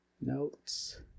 Notes